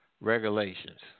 regulations